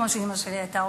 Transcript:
כמו שאמא שלי היתה אומרת.